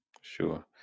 sure